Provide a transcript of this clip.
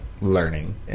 learning